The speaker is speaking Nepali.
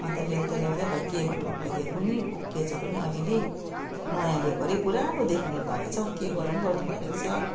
अन्त ल्याउँदा ल्याउँदै खै केमा ठोक्काइ दियो कोनी उक्किएछ पनि अलिअलि नयाँ ल्याएको हरे पुरानो देख्ने भएछ हौ के गरूँ गरूँ भइरहेको छ